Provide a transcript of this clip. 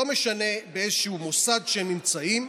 לא משנה באיזה מוסד שהם נמצאים.